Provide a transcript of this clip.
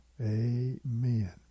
Amen